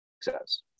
success